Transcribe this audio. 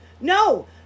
No